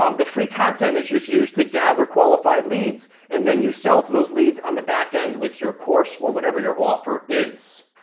um the free content is just used to gather qualified leads, and then you sell to those leads on the backend with your course or whatever your offer is.